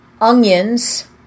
onions